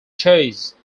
chase